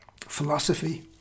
philosophy